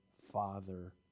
Father